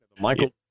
Michael